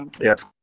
yes